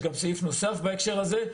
יש גם סעיף נוסף בהקשר הזה,